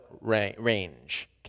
range